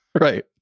Right